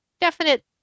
definite